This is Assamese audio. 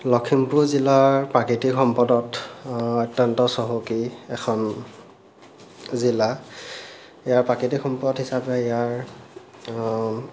লখিমপুৰ জিলাৰ প্ৰাকৃতিক সম্পদত অত্যন্ত চহকী এখন জিলা ইয়াৰ প্ৰাকৃতিক সম্পদ হিচাপে ইয়াৰ